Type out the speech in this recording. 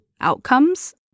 outcomes